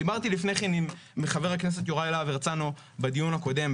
דיברתי לפני כן עם חבר הכנסת יוראי להב הרצנו בדיון הקודם,